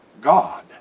God